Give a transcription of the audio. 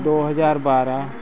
दो हज़ार बारह